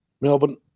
Melbourne